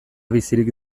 bizirik